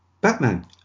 Batman